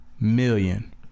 million